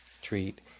treat